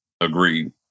agreed